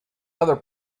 other